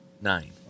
nine